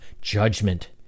judgment